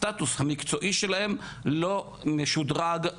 הסטטוס המקצועי שלהם לא משודרג,